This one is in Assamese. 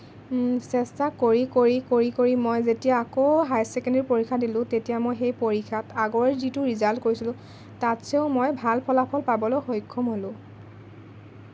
চেষ্টা কৰি কৰি কৰি কৰি মই যেতিয়া আকৌ হায়াৰ চেকেণ্ডেৰী পৰীক্ষা দিলোঁ তেতিয়া মই সেই পৰীক্ষাত আগৰ যিটো ৰিজাল্ট কৰিছিলোঁ তাতচেও মই ভাল ফলাফল পাবলৈ সক্ষম হ'লোঁ